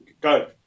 Go